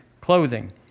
clothing